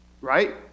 right